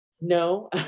No